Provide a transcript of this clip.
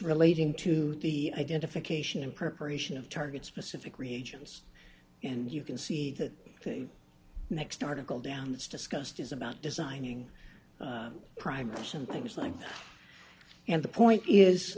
relating to the identification and perpetration of target specific regions and you can see that the next article down it's discussed is about designing primus and things like that and the point is